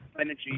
energy